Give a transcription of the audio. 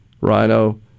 Rhino